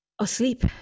asleep